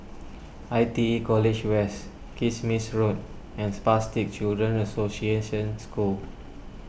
I T E College West Kismis Road and Spastic Children's Association School